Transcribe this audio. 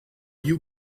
you